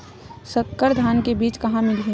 संकर धान के बीज कहां मिलही?